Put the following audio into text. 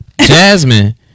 Jasmine